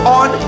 on